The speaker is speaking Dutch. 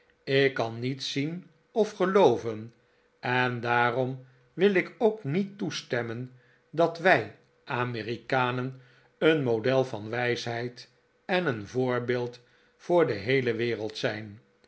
ik kan niet zien of gelooven en daarom wil ik ook niet toestemmen dat wij amerikanen een model van wijsheid en een voorbeeld voor de heele wereld zijn